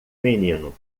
menino